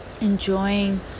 enjoying